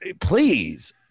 please